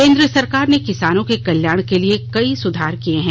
केंद्र सरकार ने किसानों के कल्याण के लिए कई सुधार किए हैं